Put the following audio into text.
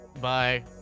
Bye